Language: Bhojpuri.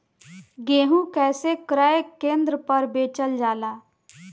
गेहू कैसे क्रय केन्द्र पर बेचल जाला?